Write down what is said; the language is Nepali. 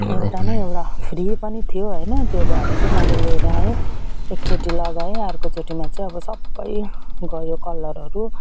एउटामा एउटा फ्री पनि थियो होइन त्यो भएर चाहिँ मैले लिएर आएँ एक चोटि लगाएँ अर्को चोटिमा चाहिँ अब सब गयो कलरहरू